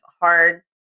hard